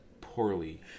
poorly